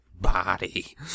body